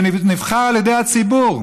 שנבחר על ידי הציבור.